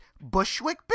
Bushwick